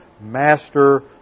master